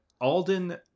Alden